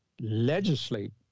legislate